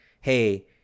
hey